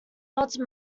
haute